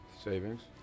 Savings